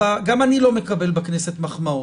גם אני לא מקבל בכנסת מחמאות,